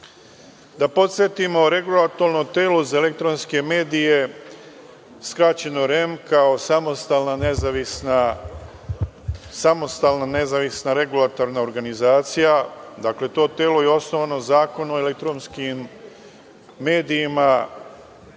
podsetimo, Regulatorno telo za elektronske medije, skraćeno REM, kao samostalna nezavisna regulatorna organizacija, to telo je osnovano po Zakonu o elektronskim medijima